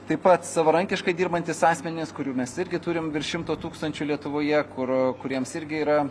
taip pat savarankiškai dirbantys asmenys kurių mes irgi turim virš šimto tūkstančių lietuvoje kur kuriems irgi yra